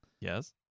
Yes